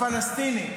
הפלסטינים.